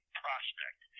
prospect